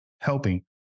helping